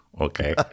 okay